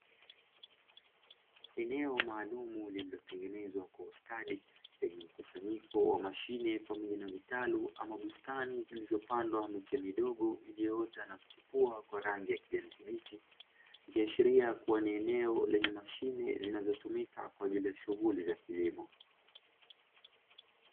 Eneo Maalum kwa mashine pamoja na vitalu ama bustani zilizopandwa na kuchukua kwa rangi ya kijani kiashiria kuwa ni eneo lenye mashine zinazotumika kwa ajili ya shughuli za kilimo.